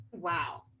Wow